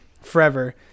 forever